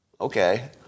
Okay